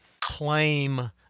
claim